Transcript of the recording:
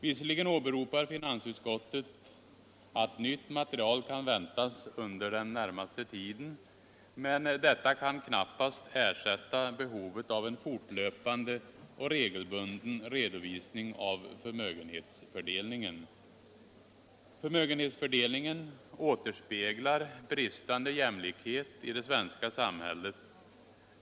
Visserligen åberopar finansutskottet att nytt material kan väntas under den närmaste tiden, men detta kan knappast ersätta behovet av en fortlöpande och regelbunden redovisning av förmögenhetsfördelningen. Förmögenhetsfördelningen återspeglar bristande jämlikhet i det svenska samhället.